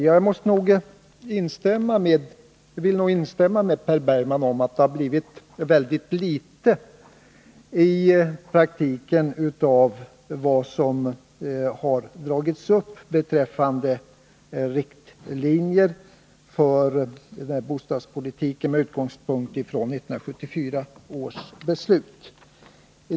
Ja, jag vill nog instämma med Per Bergman i att det i praktiken har blivit synnerligen litet av de riktlinjer för bostadspolitiken som dragits upp med utgångspunkt från 1974 års beslut.